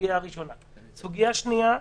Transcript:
סוגיה שנייה.